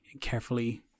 carefully